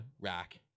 rack